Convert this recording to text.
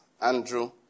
Andrew